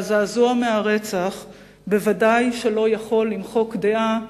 והזעזוע מהרצח ודאי שלא יכול למחוק דעה,